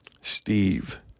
Steve